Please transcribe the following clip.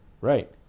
Right